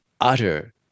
utter